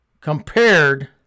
compared